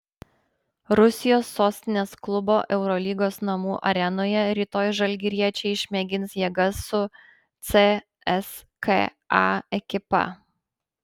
rusijos sostinės klubo eurolygos namų arenoje rytoj žalgiriečiai išmėgins jėgas su cska ekipa